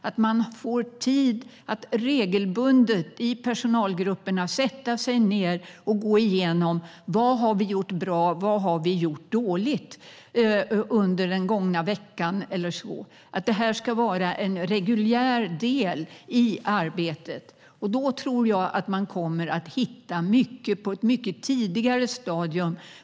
Man måste få tid i personalgrupperna att regelbundet sätta sig ned och gå igenom vad man har gjort bra och vad man har gjort dåligt under den gångna veckan eller så. Detta ska vara en reguljär del i arbetet. Riksrevisionens rapport om patientsäkerhet Jag tror att man då kommer att hitta mycket som man kan rätta till på ett mycket tidigare stadium.